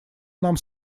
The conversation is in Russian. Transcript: нам